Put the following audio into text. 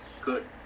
Good